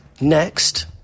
Next